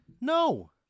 No